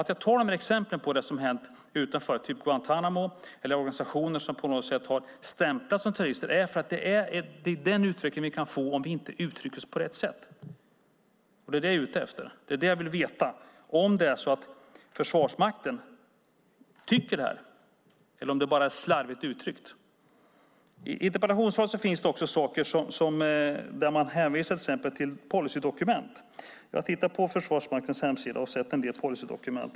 Jag tar de här exemplen på det som har hänt utanför, typ Guantánamo, eller organisationer som har stämplats som terrorister därför att det är den utveckling vi kan få om vi inte uttrycker oss på rätt sätt. Det är det jag är ute efter. Det jag vill veta är om Försvarsmakten tycker det eller om det bara är slarvigt uttryckt. I interpellationssvaret hänvisar man också till policydokument. Jag har tittat på Försvarsmaktens hemsida och sett en del policydokument.